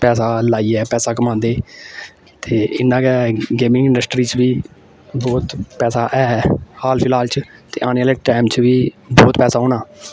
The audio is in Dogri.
पैसा लाइयै पैसा कमांदे ते इ'यां गै गेमिंग इंडस्ट्री च बी बहुत पैसा ऐ हाल फिलहाल च ते आने आह्ले टैम च बी बहुत पैसा होना